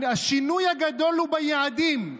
השינוי הגדול הוא ביעדים.